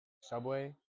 Subway